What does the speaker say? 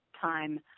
time